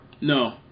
No